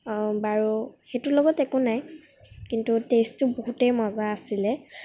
বাৰু সেইটোৰ লগত একো নাই কিন্তু টেষ্টো বহুতেই মজা আছিলে